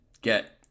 get